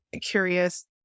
curious